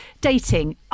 dating